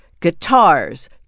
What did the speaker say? guitars